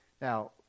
Now